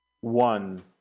one